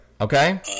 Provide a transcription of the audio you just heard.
Okay